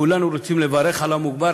כולנו רוצים לברך על המוגמר,